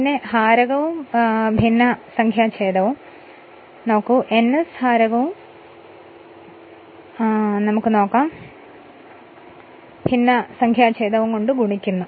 പിന്നെ ഹാരകവും ഭിന്നസംഖ്യാഛേദവും ns ഹാരകവും ഭിന്നസംഖ്യാഛേദവും കൊണ്ട് ഗുണിക്കുന്നു